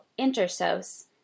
Intersos